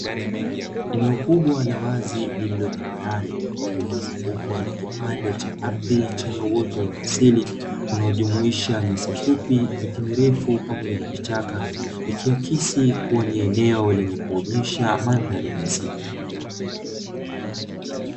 Eneo kubwa la wazi lililo tambarare, lililozungukwa na kipande cha ardhi chenye uoto wa asili, unaojumuisha nyasi fupi, miti mirefu, pamoja na vichaka, ikiakisi kuwa ni eneo lenye kuonyesha mandhari ya misitu.